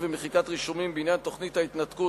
ומחיקת רישומים בעניין תוכנית ההתנתקות,